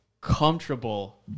comfortable